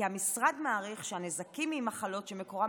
כי המשרד מעריך שהנזקים ממחלות שמקורן